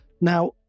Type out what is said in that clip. Now